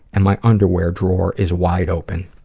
and my underwear drawer is wide open.